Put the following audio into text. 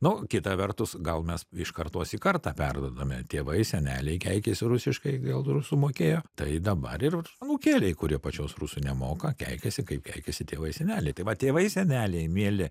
nu kita vertus gal mes iš kartos į kartą perduodame tėvai seneliai keikėsi rusiškai gal rusų mokėjo tai dabar ir anūkėliai kurie pačios rusų nemoka keikiasi kaip keikiasi tėvai seneliai tai va tėvai seneliai mieli